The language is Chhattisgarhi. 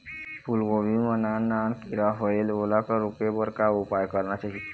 फूलगोभी मां नान नान किरा होयेल ओला रोके बर का उपाय करना चाही?